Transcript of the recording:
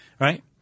Right